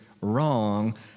wrong